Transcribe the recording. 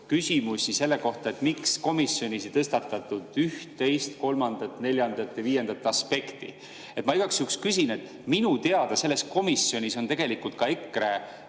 küsimusi selle kohta, miks komisjonis ei tõstatatud üht, teist, kolmandat, neljandat ja viiendat aspekti. Ma igaks juhuks küsin. Minu teada selles komisjonis on tegelikult